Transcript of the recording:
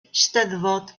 eisteddfod